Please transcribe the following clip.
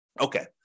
Okay